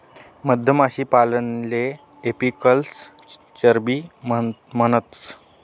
मधमाशीपालनले एपीकल्चरबी म्हणतंस